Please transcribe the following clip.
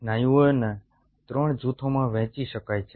સ્નાયુઓને 3 જૂથોમાં વહેંચી શકાય છે